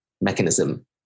mechanism